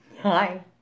Hi